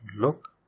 look